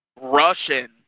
Russian